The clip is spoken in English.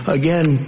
again